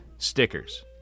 Stickers